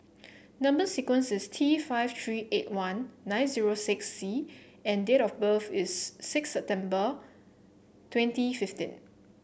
number sequence is T five three eight one nine zero six C and date of birth is six September twenty fifteen